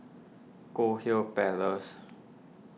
Goldhill Place